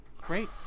great